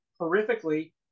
horrifically